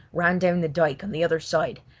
ran down the dyke on the other side,